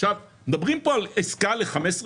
עכשיו מדברים פה על עסקה ל-15 שנה,